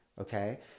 okay